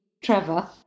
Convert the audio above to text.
Trevor